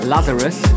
Lazarus